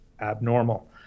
abnormal